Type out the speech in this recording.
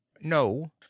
no